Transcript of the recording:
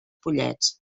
pollets